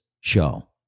show